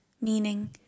meaning